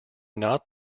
not